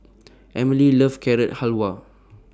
Emely loves Carrot Halwa